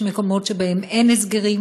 יש מקומות שבהם אין הסגרים,